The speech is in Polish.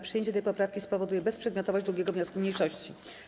Przyjęcie tej poprawki spowoduje bezprzedmiotowość 2. wniosku mniejszości.